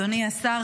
אדוני השר,